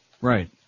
Right